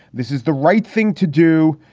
this is the right thing to do.